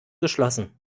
geschlossen